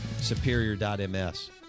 superior.ms